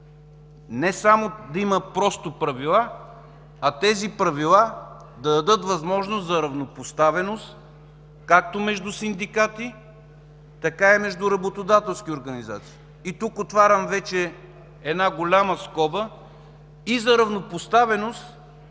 не само да има просто правила, а тези правила да дадат възможност за равнопоставеност както между синдикати, така и между работодателски организации. Тук отварям една голяма скоба и за равнопоставеност